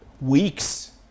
weeks